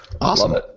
Awesome